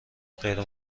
غیر